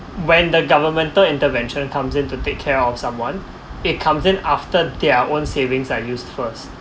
when the governmental intervention comes in to take care of someone it comes in after their own savings are used first